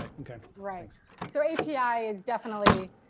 ah okay, right. so api is definitely